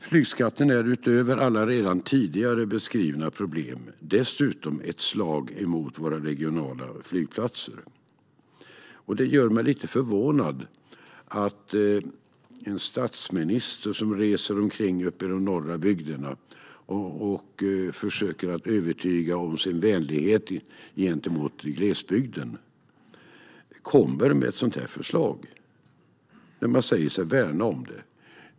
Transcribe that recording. Flygskatten är utöver alla redan tidigare beskrivna problem dessutom ett slag mot våra regionala flygplatser. Det gör mig lite förvånad att en statsminister som reser omkring i de norra bygderna och försöker övertyga om sin vänlighet gentemot glesbygden, som han säger sig värna om, kommer med ett sådant här förslag.